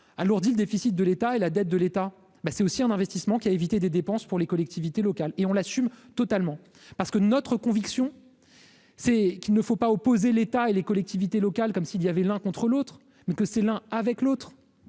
a alourdi le déficit de l'État et la dette de l'État, ben, c'est aussi un investissement qui a évité des dépenses pour les collectivités locales et on l'assume totalement parce que notre conviction, c'est qu'il ne faut pas opposer l'État et les collectivités locales, comme s'il y avait l'un contre l'autre mais que c'est l'un avec l'autre